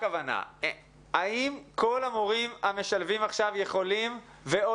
האם כל המורים המשלבים עכשיו יכולים ו/או